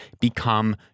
become